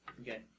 Okay